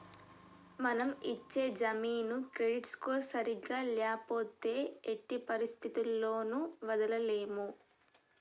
మనం ఇచ్చే జామీను క్రెడిట్ స్కోర్ సరిగ్గా ల్యాపోతే ఎట్టి పరిస్థతుల్లోను వదలలేము